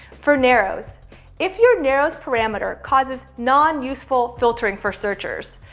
for narrows if your narrows parameter causes non-useful filtering for searchers,